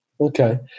Okay